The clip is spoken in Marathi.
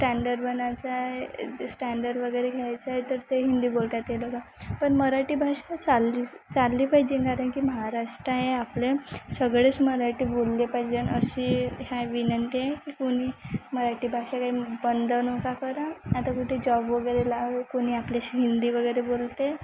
स्टँडर्ड बनायचं आहे जे स्टँडर्ड वगैरे घ्यायचं आहे तर ते हिंदी बोलतात ते लोकं पण मराठी भाषा चालली चालली पाहिजे कारण की महाराष्ट्र आहे आपले सगळेच मराठी बोलले पाहिजे अशी ह्या विनंती आहे की कोणी मराठी भाषा काही बंद नका करू आता कुठे जॉब वगैरे लाव कोणी आपल्याशी हिंदी वगैरे बोलते